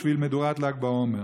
בשביל מדורת ל"ג בעומר.